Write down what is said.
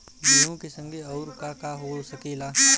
गेहूँ के संगे अउर का का हो सकेला?